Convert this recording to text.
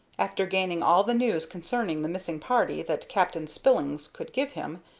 after gaining all the news concerning the missing party that captain spillins could give him,